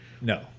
No